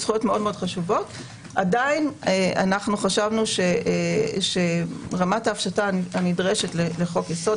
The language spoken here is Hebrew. עדיין חשבנו שרמת ההפשטה הנדרשת לחוק יסוד